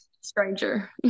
stranger